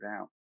out